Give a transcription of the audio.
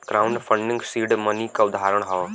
crowd funding seed money क उदाहरण हौ